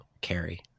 carry